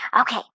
Okay